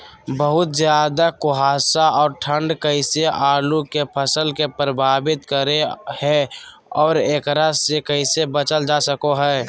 बहुत ज्यादा कुहासा और ठंड कैसे आलु के फसल के प्रभावित करो है और एकरा से कैसे बचल जा सको है?